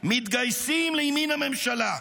מתגייסים לימין הממשלה.